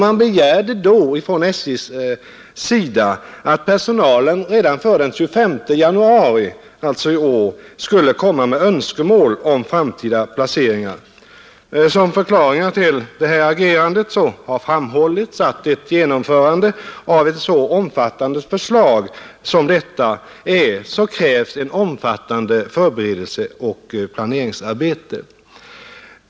SJ begärde då att personalen redan före den 25 januari i år skulle framställa önskemål om framtida placeringar. Som förklaring till detta agerande har framhållits att ett genomförande av ett så omfattande förslag som detta kräver ett omfattande förberedelseoch planeringsarbete.